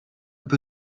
peu